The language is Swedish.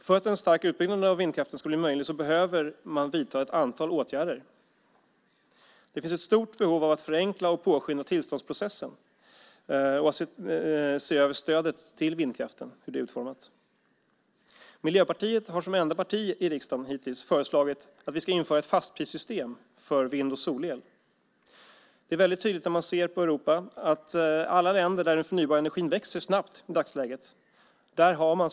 För att en stark utbyggnad av vindkraften ska bli möjlig behöver man vidta ett antal åtgärder. Det finns ett stort behov av att förenkla och påskynda tillståndsprocessen och att se över stödet till vindkraften och hur det är utformat. Miljöpartiet har som enda parti i riksdagen hittills föreslagit att vi ska införa ett fastprissystem för vind och solel. Det är väldigt tydligt i Europa att man har sådana fastprissystem i alla länder där den förnybara energin växer snabbt i dagsläget.